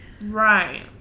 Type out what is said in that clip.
Right